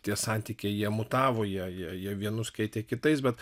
tie santykiai jie mutavo jie jie vienus kaitė kitais bet